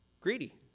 greedy